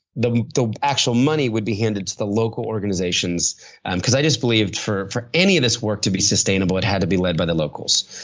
the the actual money would be handed to the local organizations and because i just believed for for any of this work to be sustainable, it had to be led by the locals,